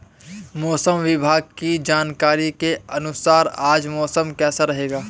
मौसम विभाग की जानकारी के अनुसार आज मौसम कैसा रहेगा?